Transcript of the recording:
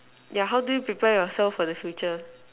yeah how do you prepare yourself for the future